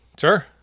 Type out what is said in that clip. Sure